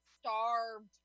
starved